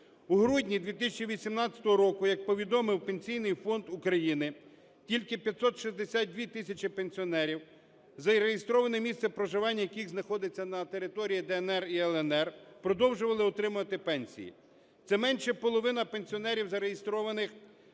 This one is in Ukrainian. У грудні 2018 року, як повідомив Пенсійний фонд України, тільки 562 тисячі пенсіонерів, зареєстроване місце проживання яких знаходить на території "ДНР" і "ЛНР", продовжували отримувати пенсії. Це менша половина пенсіонерів, зареєстрованих